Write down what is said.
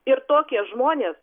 ir tokie žmonės